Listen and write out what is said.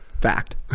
Fact